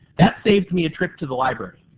that seemed to be a trip to the library.